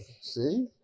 See